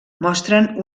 mostren